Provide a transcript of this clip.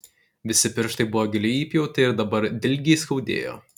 visi pirštai buvo giliai įpjauti ir dabar dilgiai skaudėjo